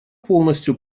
полностью